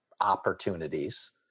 opportunities